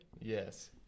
Yes